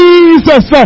Jesus